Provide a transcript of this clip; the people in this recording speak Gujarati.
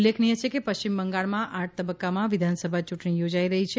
ઉલ્લેખનીય છે કે પશ્ચિમ બંગાળમાં આઠ તબક્કામાં વિધાનસભા યૂંટણી યોજાઇ રહી છે